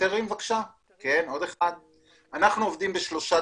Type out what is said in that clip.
אנחנו עובדים בשלושה